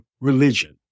religion